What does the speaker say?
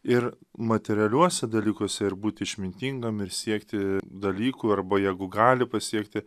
ir materialiuose dalykuose ir būt išmintingam ir siekti dalykų arba jeigu gali pasiekti